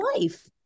life